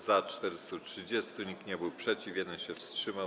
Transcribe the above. Za - 430, nikt nie był przeciw, 1 się wstrzymał.